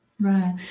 Right